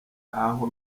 nkaho